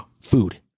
food